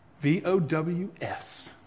V-O-W-S